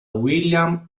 william